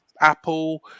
apple